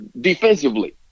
defensively